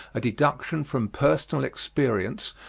a deduction from personal experience,